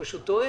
פשוט טועה.